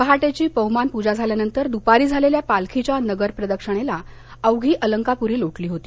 पहाटेची पवमान पूजा झाल्यानंतर दूपारी झालेल्या पालखीच्या नगर प्रदक्षिणेला अवघी अलंकापूरी लोटली होती